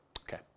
Okay